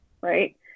Right